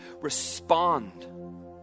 respond